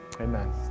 Amen